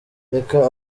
reka